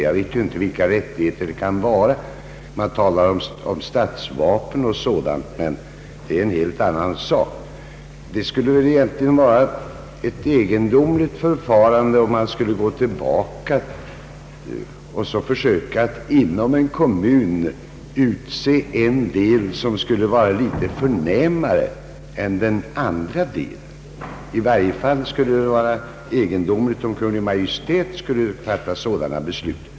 Jag vet inte vilka rättigheter det kan vara. Man talar om stadsvapen och sådant, men det är en helt annan sak. Det skulle egentligen vara ett egendomligt förfarande om en kommun utsåg en del som skulle vara litet förnämare än den andra delen. I vare fall vore det egendomligt om Kungl. Maj:t skulle fatta sådana beslut.